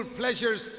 pleasures